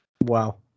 Wow